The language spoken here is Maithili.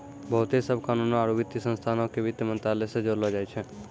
बहुते सभ कानूनो आरु वित्तीय संस्थानो के वित्त मंत्रालय से जोड़लो जाय छै